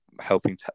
helping